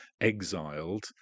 exiled